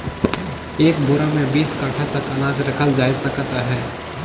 एक बोरा मे बीस काठा तक अनाज रखल जाए सकत अहे